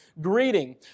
greeting